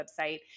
website